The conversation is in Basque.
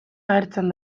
agertzen